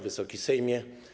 Wysoki Sejmie!